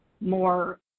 more